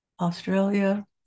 Australia